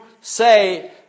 say